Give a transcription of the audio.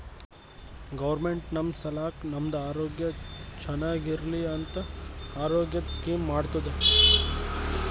government ನಮ್ ಸಲಾಕ್ ನಮ್ದು ಆರೋಗ್ಯ ಚಂದ್ ಇರ್ಲಿ ಅಂತ ಆರೋಗ್ಯದ್ ಸ್ಕೀಮ್ ಮಾಡ್ತುದ್